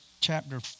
chapter